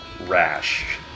rash